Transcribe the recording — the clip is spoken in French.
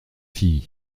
fille